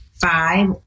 five